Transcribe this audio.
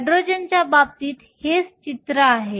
हायड्रोजनच्या बाबतीत हेच चित्र होते